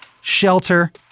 shelter